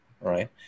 right